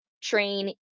train